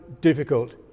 difficult